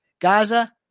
Gaza